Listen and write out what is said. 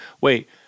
Wait